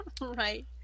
Right